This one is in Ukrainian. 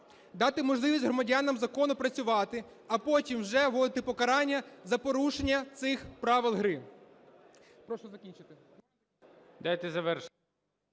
дати можливість громадян законно працювати, а потім вже вводити покарання за порушення цих правил гри.